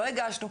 לא הגשנו,